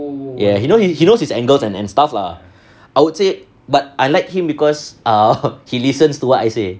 ya he know he he knows his angles and stuff lah I would say but I like him because err he listens to what I say